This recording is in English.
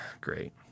great